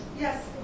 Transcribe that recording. yes